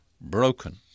broken